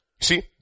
See